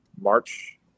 March